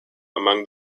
among